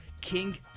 King